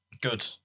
Good